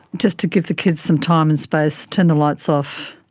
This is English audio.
just to give the kids some time and space, turn the lights off,